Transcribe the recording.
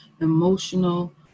emotional